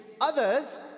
others